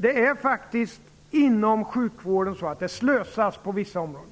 Det är faktiskt så att det slösas på vissa områden inom sjukvården.